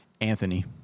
Anthony